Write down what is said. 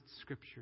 scripture